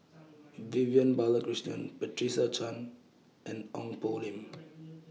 Vivian Balakrishnan Patricia Chan and Ong Poh Lim